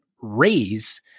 raise